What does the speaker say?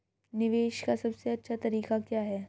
निवेश का सबसे अच्छा तरीका क्या है?